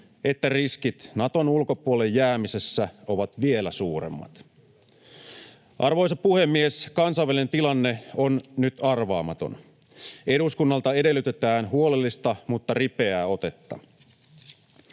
että riskit Naton ulkopuolelle jäämisessä ovat vielä suuremmat. Arvoisa puhemies! Kansainvälinen tilanne on nyt arvaamaton. Eduskunnalta edellytetään huolellista mutta ripeää otetta.